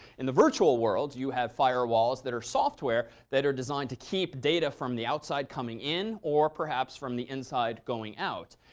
in the virtual world, you have firewalls that are software, that are designed to keep data from the outside coming in or perhaps from the inside going out.